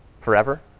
forever